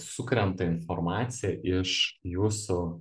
sukrenta informacija iš jūsų